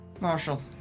Marshall